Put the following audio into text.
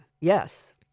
yes